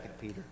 Peter